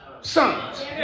sons